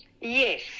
Yes